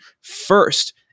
first